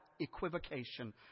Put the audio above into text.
equivocation